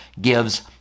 gives